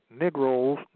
negroes